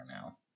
now